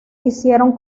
hicieron